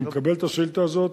אני מקבל את השאילתא הזו.